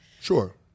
Sure